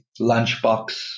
lunchbox